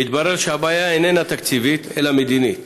והתברר שהבעיה איננה תקציבית, אלא מדינית.